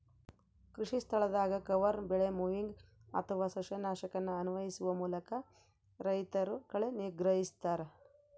ಕೃಷಿಸ್ಥಳದಾಗ ಕವರ್ ಬೆಳೆ ಮೊವಿಂಗ್ ಅಥವಾ ಸಸ್ಯನಾಶಕನ ಅನ್ವಯಿಸುವ ಮೂಲಕ ರೈತರು ಕಳೆ ನಿಗ್ರಹಿಸ್ತರ